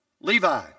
Levi